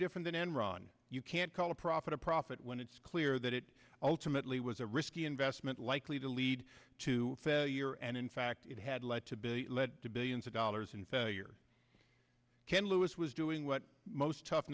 different than enron you can't call a profit a profit when it's clear that it ultimately was a risky investment likely to leave lead to your end in fact it had led to be led to billions of dollars in failure ken lewis was doing what most tough